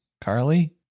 Carly